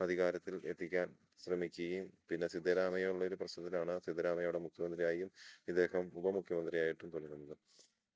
അധികാരത്തിൽ എത്തിക്കാൻ ശ്രമിക്കുകയും പിന്നെ സിദ്ധരാമയ്യുള്ള ഒരു പ്രശ്നത്തിലാണ് സിദ്ധരാമയ്യ അവിടെ മുഖ്യമന്ത്രിയായും ഇദ്ദേഹം ഉപ മുഖ്യമന്ത്രിയായിട്ടും തുടരുന്നത്